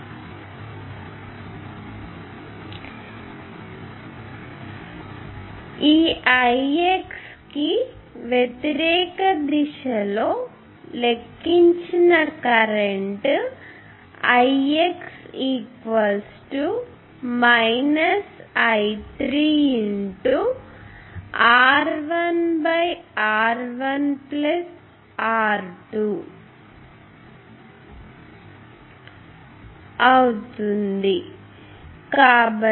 మనం ఈ Ix కి వ్యతిరేక దిశ లో లెక్కించిన కరెంట్ Ix I3 R1R1R2